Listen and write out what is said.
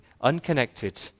unconnected